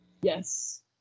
Yes